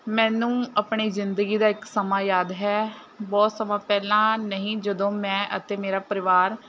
ਮੈਨੂੰ ਆਪਣੀ ਜ਼ਿੰਦਗੀ ਦਾ ਇੱਕ ਸਮਾਂ ਯਾਦ ਹੈ ਬਹੁਤ ਸਮਾਂ ਪਹਿਲਾਂ ਨਹੀਂ ਜਦੋਂ ਮੈਂ ਅਤੇ ਮੇਰਾ ਪਰਿਵਾਰ